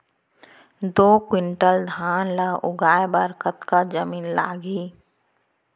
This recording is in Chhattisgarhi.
दो क्विंटल धान ला उगाए बर कतका जमीन लागही?